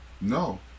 No